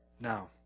Now